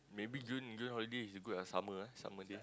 maybe June June holiday is good ah summer ah summer days